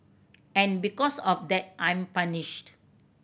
and because of that I'm punished